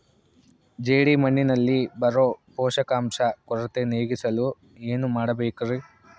ಜೇಡಿಮಣ್ಣಿನಲ್ಲಿ ಬರೋ ಪೋಷಕಾಂಶ ಕೊರತೆ ನೇಗಿಸಲು ಏನು ಮಾಡಬೇಕರಿ?